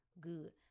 good